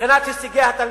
מבחינת הישגי התלמידים.